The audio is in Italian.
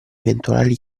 eventuali